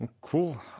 Cool